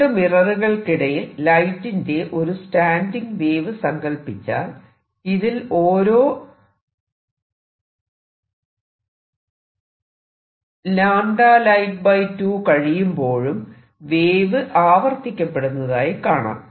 രണ്ടു മിററുകൾക്കിടയിൽ ലൈറ്റിന്റെ ഒരു സ്റ്റാന്റിംഗ് വേവ് സങ്കല്പിച്ചാൽ ഇതിൽ ഓരോ light2 കഴിയുമ്പോഴും വേവ് അവർത്തിക്കപ്പെടുന്നതായി കാണാം